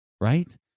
right